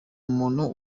umuntu